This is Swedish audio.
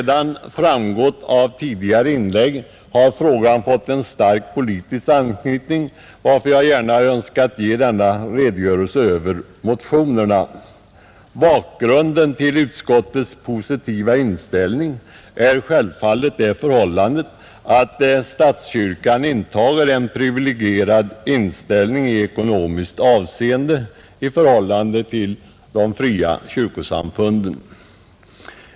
Såsom framgått av tidigare inlägg har frågan fått en stark politisk anknytning, varför jag gärna önskar ge denna redogörelse för Bakgrunden till utskottets positiva inställning är självfallet det förhållandet att statskyrkan intar en privilegierad ställning i ekonomiskt avseende i förhållande till de fria kyrkosamfunden.